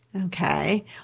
Okay